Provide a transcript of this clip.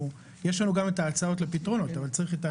יש לנו גם את ההצעות לפתרון אבל צריך את העזרה.